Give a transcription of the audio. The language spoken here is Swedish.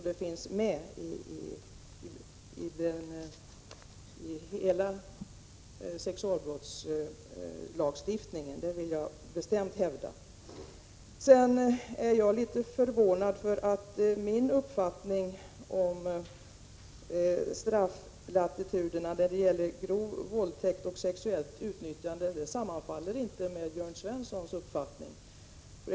De finns med i hela sexualbrottslagstiftningen — det vill jag bestämt hävda. Sedan är jag litet förvånad därför att min uppfattning om strafflatituderna när det gäller grova våldsbrott och sexuellt utnyttjande inte sammanfaller med Jörn Svenssons uppfattning.